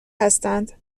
هستند